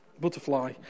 butterfly